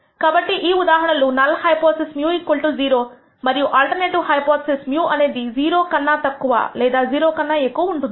కాబట్టి ఈ ఉదాహరణలు నల్ హైపోథిసిస్ μ 0 మరియు ఆల్టర్నేటివ్ హైపోథిసిస్ μఅనేది 0 ఇది కన్నా తక్కువ లేదా 0 కన్నా ఎక్కువ ఉంటుంది